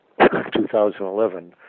2011